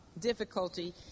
difficulty